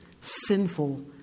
sinful